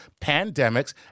pandemics